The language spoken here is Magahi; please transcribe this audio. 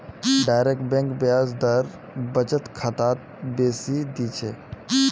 डायरेक्ट बैंक ब्याज दर बचत खातात बेसी दी छेक